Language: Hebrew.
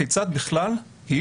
כיצד בכלל היא